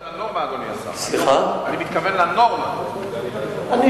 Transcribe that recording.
אני מתכוון לנורמה, אדוני השר.